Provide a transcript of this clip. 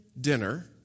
dinner